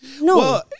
no